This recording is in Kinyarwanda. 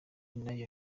nayo